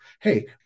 hey